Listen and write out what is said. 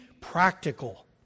practical